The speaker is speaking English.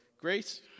grace